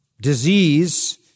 disease